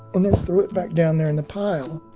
and then threw it back down there in the pile.